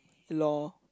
lor